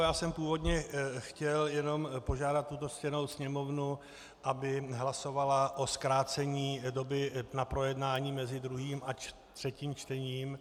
Já jsem původně chtěl jenom požádat tuto ctěnou Sněmovnu, aby hlasovala o zkrácení doby na projednání mezi druhým a třetím čtením.